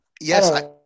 Yes